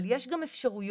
אבל יש גם אפשרויות